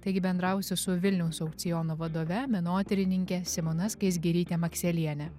taigi bendrausiu su vilniaus aukciono vadove menotyrininke simona skaisgiryte makseliene